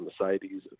Mercedes